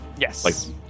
Yes